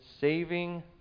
saving